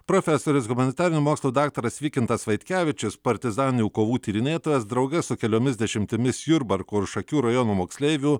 profesorius humanitarinių mokslų daktaras vykintas vaitkevičius partizaninių kovų tyrinėtojas drauge su keliomis dešimtimis jurbarko ir šakių rajono moksleivių